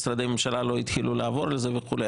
משרדי הממשלה לא התחילו לעבור על זה וכו'.